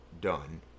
done